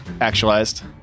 actualized